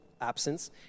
absence